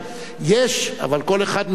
יש, אני יודע.